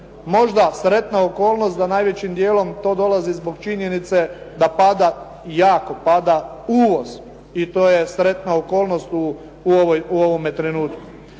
možda sretna okolnost da najvećim dijelom to dolazi zbog činjenice da pada, jako pada uvoz i to je sretna okolnost u ovome trenutku.